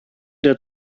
der